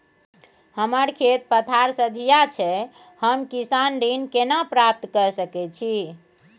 हमर खेत पथार सझिया छै हम किसान ऋण केना प्राप्त के सकै छी?